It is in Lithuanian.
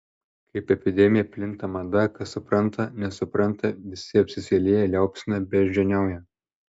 kaip epidemija plinta mada kas supranta nesupranta visi apsiseilėję liaupsina beždžioniauja